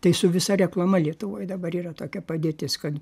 tai su visa reklama lietuvoj dabar yra tokia padėtis kad